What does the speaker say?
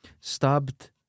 stabbed